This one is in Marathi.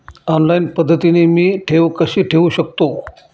ऑनलाईन पद्धतीने मी ठेव कशी ठेवू शकतो?